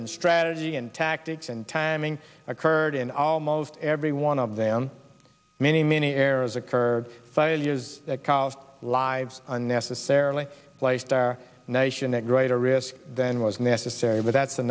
and strategy and tactics and timing occurred in almost every one of them many many errors occurred failures that cost lives unnecessarily placed our nation at greater risk than was necessary but that's the